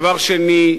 דבר שני,